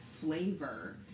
flavor